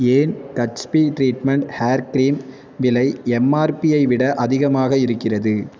ஏன் Gatsby treatment hair cream விலை எம்ஆர்பியை விட அதிகமாக இருக்கிறது